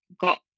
got